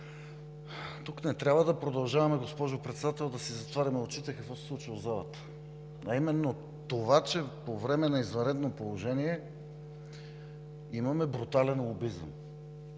Тук не трябва да продължаваме, госпожо Председател, да си затваряме очите какво се случва в залата, а именно това, че по време на извънредно положение имаме брутален лобизъм.